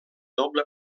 doble